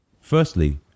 Firstly